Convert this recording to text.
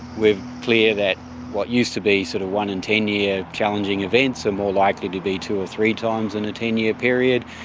we're clear that what used to be sort of one in ten year challenging events are and more likely to be two or three times in a ten year period.